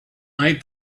night